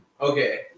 Okay